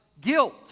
guilt